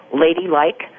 ladylike